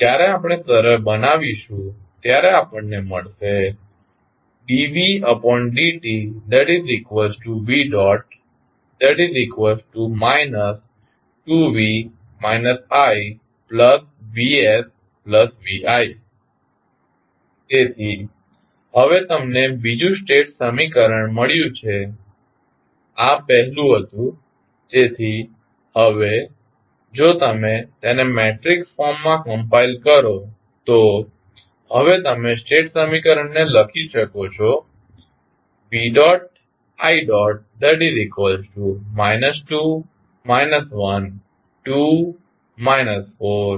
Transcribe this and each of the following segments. જ્યારે આપણે સરળ બનાવીશું ત્યારે આપણને મળશે dvdtv 2v ivsvi તેથી હવે તમને બીજું સ્ટેટ સમીકરણ મળ્યું છે આ પહેલું હતું તેથી હવે જો તમે તેને મેટ્રિક્સ ફોર્મ માં કમ્પાઇલ કરો તો હવે તમે સ્ટેટ સમીકરણને લખી શકો છો તેથી આ સાથે હવે તમે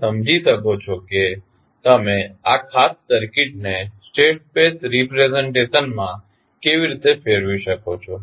સમજી શકો છો કે તમે આ ખાસ સર્કિટને સ્ટેટ સ્પેસ રીપ્રેઝ્ન્ટેશન માં કેવી રીતે ફેરવી શકો છો